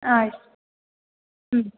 ಆಯ್ತು ಹ್ಞೂ